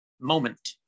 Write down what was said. moment